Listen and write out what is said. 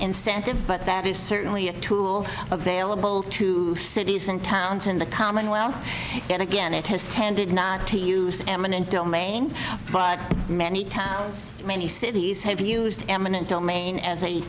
incentives but that is certainly a tool available to cities and towns in the commonwealth yet again it has tended not to use eminent domain but many towns many cities have used eminent domain as a